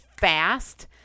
fast